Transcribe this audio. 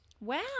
Wow